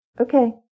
Okay